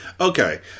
Okay